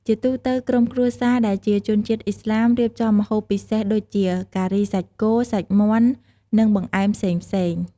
ជាទូទៅ ក្រុមគ្រួសារដែលជាជនជាតិឥស្លាម រៀបចំម្ហូបពិសេសដូចជា ការីសាច់គោ សាច់មាន់ និងបង្អែមផ្សេងៗ។